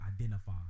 Identify